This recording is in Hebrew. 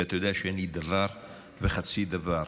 ואתה יודע שאין לי דבר וחצי דבר,